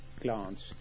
glance